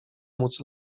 móc